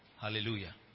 Hallelujah